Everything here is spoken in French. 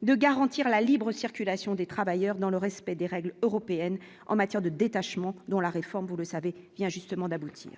de garantir la libre circulation des travailleurs dans le respect des règles européennes en matière de détachement, dont la réforme, vous le savez, vient justement d'aboutir,